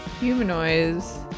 humanoids